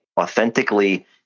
authentically